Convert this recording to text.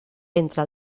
entre